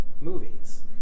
movies